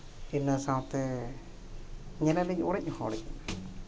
ᱤᱱᱟᱹ ᱥᱟᱶᱛᱮ ᱧᱮᱞ ᱟᱹᱞᱤᱧ ᱚᱲᱮᱡ ᱦᱚᱸ ᱚᱲᱮᱡ ᱮᱱᱟ